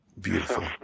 beautiful